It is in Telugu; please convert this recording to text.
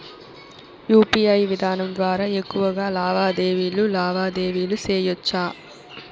యు.పి.ఐ విధానం ద్వారా ఎక్కువగా లావాదేవీలు లావాదేవీలు సేయొచ్చా?